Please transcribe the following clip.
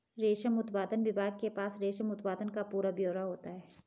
रेशम उत्पादन विभाग के पास रेशम उत्पादन का सारा ब्यौरा होता है